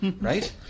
Right